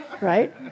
right